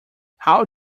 how